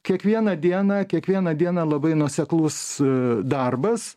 kiekvieną dieną kiekvieną dieną labai nuoseklus darbas